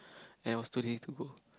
and I was too lazy to go